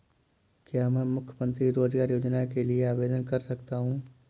क्या मैं मुख्यमंत्री रोज़गार योजना के लिए आवेदन कर सकता हूँ?